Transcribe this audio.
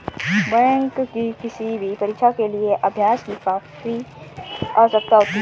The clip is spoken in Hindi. बैंक की किसी भी परीक्षा के लिए अभ्यास की काफी आवश्यकता होती है